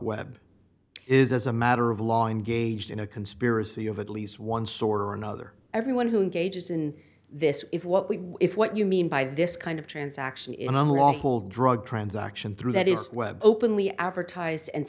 web is as a matter of law engaged in a conspiracy of at least one sort or another everyone who engages in this is what we if what you mean by this kind of transaction in a long haul drug transaction through that is web openly advertised and